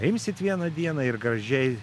imsit vieną dieną ir gražiai